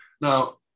now